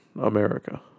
America